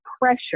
pressure